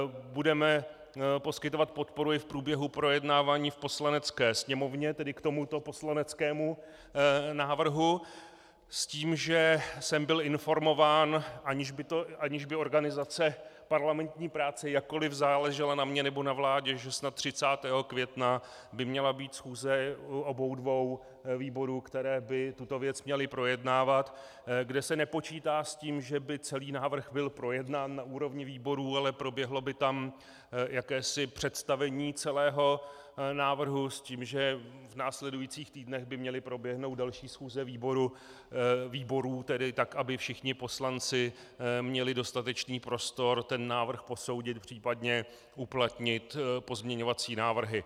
Budeme poskytovat podporu i v průběhu projednávání v Poslanecké sněmovně, tedy k tomuto poslaneckému návrhu, s tím, že jsem byl informován, aniž by organizace parlamentní práce jakkoliv záležela na mně nebo na vládě, že snad 30. května by měla být schůze u obou dvou výborů, které by tuto věc měly projednávat, kde se nepočítá s tím, že by celý návrh byl projednán na úrovni výborů, ale proběhlo by tam jakési představení celého návrhu s tím, že by v následujících týdnech měly proběhnout další schůze výborů tak, aby všichni poslanci měli dostatečný prostor návrh posoudit, případně uplatnit pozměňovací návrhy.